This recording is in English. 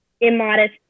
immodest